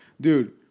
dude